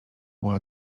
była